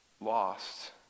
lost